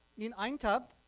in aintab,